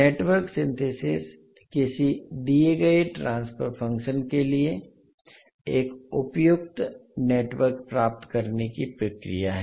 network synthesis किसी दिए गए ट्रांसफर फंक्शन के लिए एक उपयुक्त नेटवर्क प्राप्त करने की प्रक्रिया है